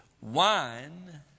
wine